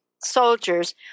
soldiers